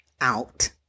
out